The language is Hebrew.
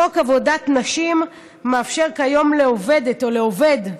חוק עבודת נשים מאפשר כיום לעובדת או לעובד,